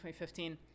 2015